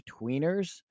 tweeners